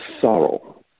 sorrow